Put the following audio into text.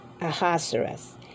Ahasuerus